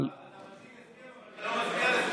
אבל, אתה מציג הסכם, אבל זה לא מגיע לכנסת.